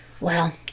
Well